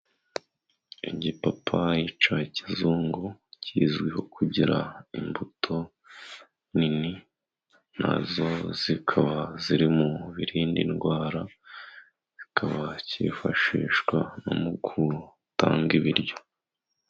Igipapayi cya kizungu kizwiho kugira imbuto nini, na zo zikaba ziri mu birinda indwara, kikaba cyifashishwa no mu gutanga ibiryo.